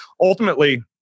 ultimately